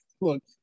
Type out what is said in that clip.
look